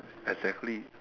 exactly